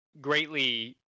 greatly